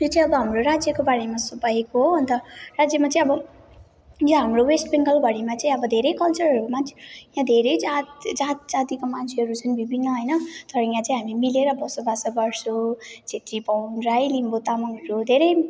यो चाहिँ अब हाम्रो राज्यको बारेमा भएको हो अन्त राज्यमा चाहिँ अब यहाँ हाम्रो वेस्ट बङ्गालभरिमा चाहिँ अब धेरै कल्चरहरूमा चाहिँ यहाँ धेरै जात जात जातिको मान्छेहरू छन् विभिन्न होइन तर यहाँ चाहिँ मिलेर बसोबास गर्छौँ छेत्री बाहुन राई लिम्बू तामाङहरू धेरै